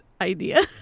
idea